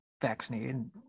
vaccinated